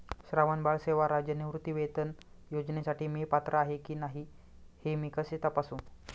श्रावणबाळ सेवा राज्य निवृत्तीवेतन योजनेसाठी मी पात्र आहे की नाही हे मी कसे तपासू?